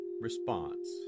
response